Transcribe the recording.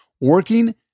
working